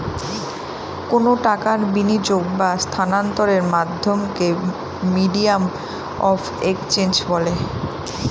কোনো টাকার বিনিয়োগ বা স্থানান্তরের মাধ্যমকে মিডিয়াম অফ এক্সচেঞ্জ বলে